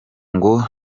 ngo